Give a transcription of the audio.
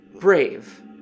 brave